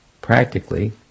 practically